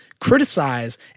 criticize